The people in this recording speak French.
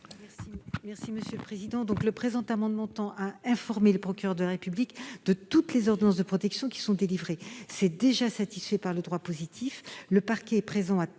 de la commission ? Le présent amendement tend à informer le procureur de la République de toutes les ordonnances de protection qui sont délivrées. Il est déjà satisfait par le droit positif.